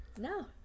No